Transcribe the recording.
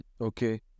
Okay